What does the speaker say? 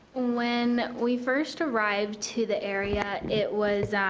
when we first arrived to the area, it was